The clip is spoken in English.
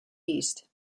east